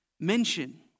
Mention